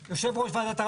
כל יושב ראש.